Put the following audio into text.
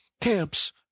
camps